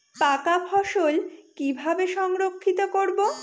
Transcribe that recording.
পাকা ফসল কিভাবে সংরক্ষিত করব?